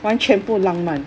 完全不浪漫